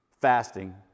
fasting